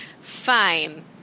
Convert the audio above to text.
fine